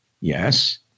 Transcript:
yes